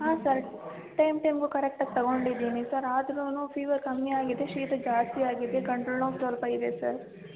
ಹಾಂ sir time ಟೈಮ್ಗೂ ಕರೆಕ್ಟಾಗಿ ತಗೊಂಡಿದ್ದೀನಿ ಸರ್ ಆದ್ರೂ ಫೀವರ್ ಕಮ್ಮಿ ಆಗಿದೆ ಶೀತ ಜಾಸ್ತಿ ಆಗಿದೆ ಗಂಟಲು ನೋವು ಸ್ವಲ್ಪ ಇದೆ ಸರ್